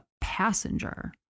passenger